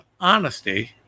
honesty